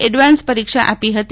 advance પરીક્ષા આપી હતી